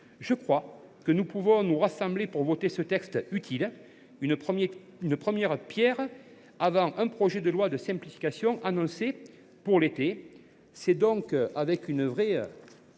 je crois que nous pouvons nous rassembler pour voter ce texte utile. C’est une première pierre avant un projet de loi de simplification annoncé pour l’été. C’est donc avec une vraie